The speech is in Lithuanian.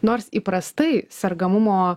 nors įprastai sergamumo